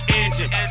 engine